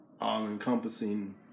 all-encompassing